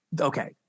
okay